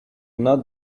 not